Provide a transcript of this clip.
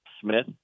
Smith